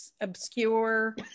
obscure